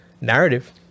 narrative